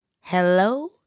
Hello